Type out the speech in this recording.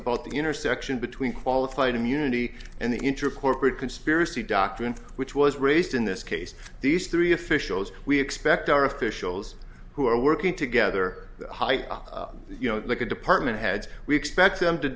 about the intersection between qualified immunity and the intro corporate conspiracy doctrine which was raised in this case these three officials we expect our officials who are working together height you know look a department heads we expect them to